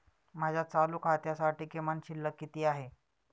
माझ्या चालू खात्यासाठी किमान शिल्लक किती आहे?